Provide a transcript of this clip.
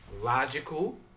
logical